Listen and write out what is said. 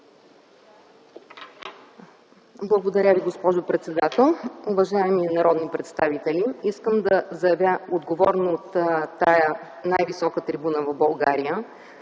Уважаема госпожо председател, уважаеми народни представители! Искам да заявя отговорно от тази най-висока трибуна в България,